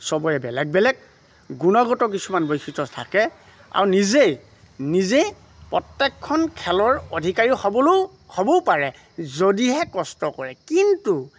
চবৰে বেলেগ বেলেগ গুণগত কিছুমান বৈশিষ্ট্য থাকে আৰু নিজেই নিজেই প্ৰত্যেকখন খেলৰ অধিকাৰী হ'বলৈও হ'বও পাৰে যদিহে কষ্ট কৰে কিন্তু